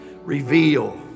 Reveal